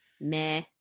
meh